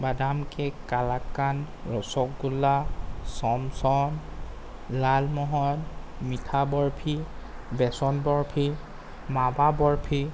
বাদাম কে'ক কালাকান ৰসগোল্লা চমচম লালমোহন মিঠা বৰফি বেচন বৰফি মাৱা বৰফি